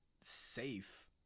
safe